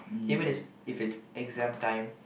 even if if it's exam time